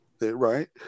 Right